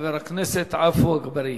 חבר הכנסת עפו אגבאריה.